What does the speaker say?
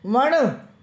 वण